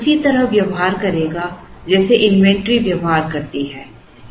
स्थान उसी तरह व्यवहार करेगा जैसे इन्वेंट्री व्यवहार करती है